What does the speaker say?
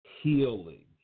healing